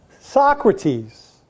Socrates